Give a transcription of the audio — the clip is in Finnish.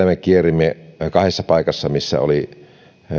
me kiersimme kahdessa paikassa missä oli